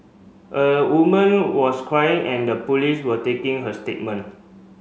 a woman was crying and the police were taking her statement